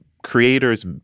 creators